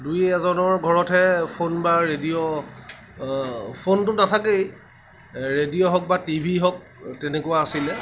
দুই এজনৰ ঘৰতহে ফোন বা ৰেডিঅ' ফোনটো নাথাকেই ৰেডিঅ' হওক বা টিভি হওক তেনেকুৱা আছিলে